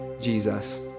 Jesus